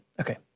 okay